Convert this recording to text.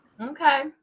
Okay